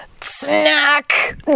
snack